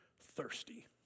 thirsty